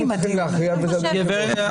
אני רוצה להתחבר -- חבר הכנסת שפע, בבקשה.